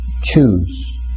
choose